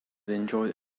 enjoyed